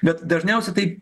bet dažniausiai tai